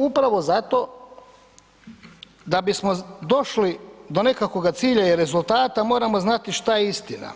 Upravo zato da bismo došli do nekakvog cilja i rezultata moramo znati šta je istina,